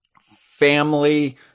family